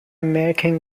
american